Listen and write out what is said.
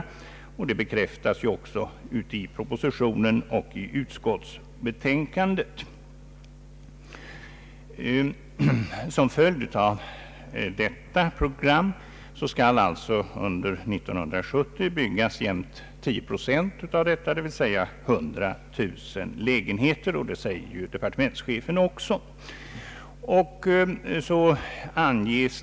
Det bekräftas också i propositionen och i utskottets betänkande. Som en följd av detta program skall tio procent av antalet lägenheter byggas under 1970, d. v. s. 100 000 lägenheter, vilket också departementschefen säger.